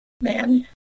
Man